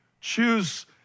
Choose